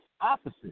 opposite